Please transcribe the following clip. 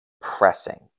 pressing